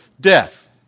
Death